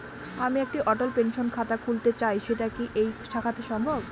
আমি একটি অটল পেনশন খাতা খুলতে চাই সেটা কি এই শাখাতে সম্ভব?